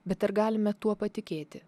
bet ar galime tuo patikėti